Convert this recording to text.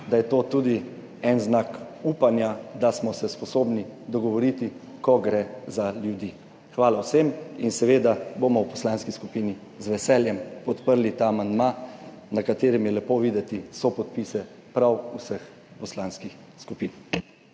da je to tudi en znak upanja, da smo se sposobni dogovoriti, ko gre za ljudi. 112. TRAK: (VP) 18.55 (nadaljevanje) Hvala vsem in seveda bomo v poslanski skupini z veseljem podprli ta amandma, na katerem je lepo videti sopodpise prav vseh poslanskih skupin.